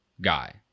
guy